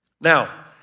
Now